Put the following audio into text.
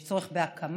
יש צורך בהקמה,